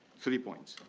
three points.